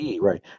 right